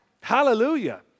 Hallelujah